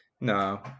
No